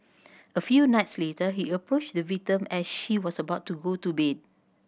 a few nights later he approached the victim as she was about to go to bed